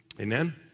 amen